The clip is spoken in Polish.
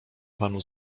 panu